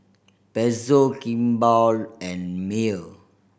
Pezzo Kimball and Mayer